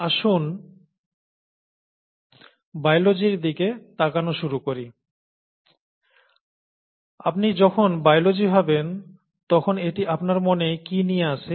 আসুন "Biology" র দিকে তাকানো শুরু করি আপনি যখন 'Biology' ভাবেন তখন এটি আপনার মনে কি নিয়ে আসে